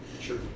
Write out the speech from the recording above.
Sure